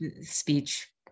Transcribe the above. speech